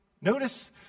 Notice